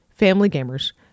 familygamers